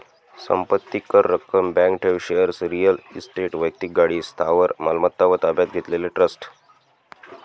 संपत्ती कर, रक्कम, बँक ठेव, शेअर्स, रिअल इस्टेट, वैक्तिक गाडी, स्थावर मालमत्ता व ताब्यात घेतलेले ट्रस्ट